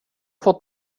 fått